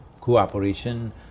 cooperation